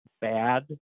bad